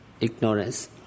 ignorance